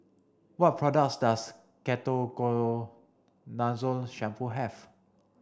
what products does Ketoconazole shampoo have